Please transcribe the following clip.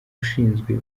ushinzwe